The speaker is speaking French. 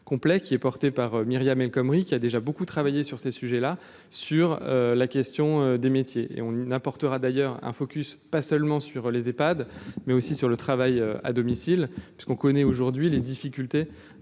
complet qui est portée par Myriam El Khomri, qui a déjà beaucoup travaillé sur ces sujets-là, sur la question des métiers et on importera d'ailleurs un focus, pas seulement sur les Epad mais aussi sur le travail à domicile parce qu'on connaît aujourd'hui les difficultés